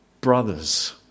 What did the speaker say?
brothers